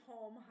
home